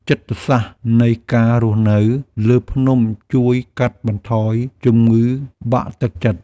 ចិត្តសាស្ត្រនៃការរស់នៅលើភ្នំជួយកាត់បន្ថយជំងឺបាក់ទឹកចិត្ត។